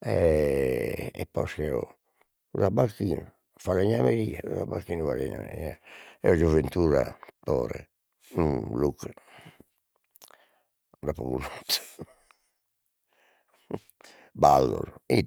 e e posca eo su tabacchinu, falegnameria su tabbacchinu falegnameria eo gioventura Tore non d'apo connotu ballos e